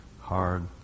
hard